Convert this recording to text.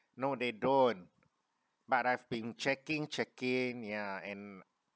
no they don't but I've been checking checking ya and